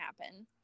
happen